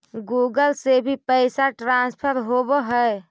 Google से भी पैसा ट्रांसफर होवहै?